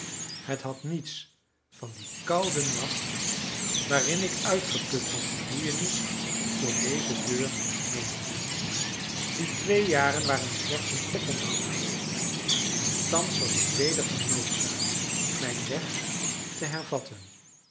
het had niets van dien kouden nacht waarin ik uitgeput van vermoeienis voor deze deur nederviel die twee jaren waren slechts een oponthoud geweest en thans was ik weder genoodzaakt mijn weg te hervatten